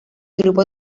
grupo